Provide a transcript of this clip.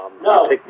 No